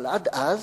אבל עד אז